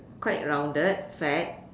quite rounded fat